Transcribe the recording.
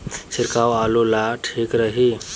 छिड़काव आलू ला ठीक रही का?